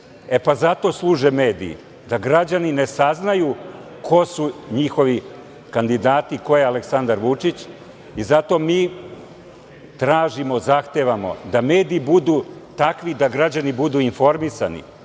E pa, zato služe mediji, da građani ne saznaju ko su njihovi kandidati, ko je Aleksandar Vučić i zato mi tražimo, zahtevamo da mediji budu takvi da građani budu informisani,